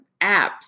apps